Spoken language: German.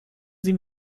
sie